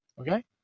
Okay